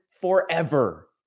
forever